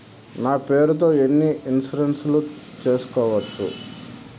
నా పేరుతో ఎన్ని ఇన్సూరెన్సులు సేసుకోవచ్చు?